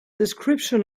description